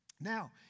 Now